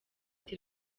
ati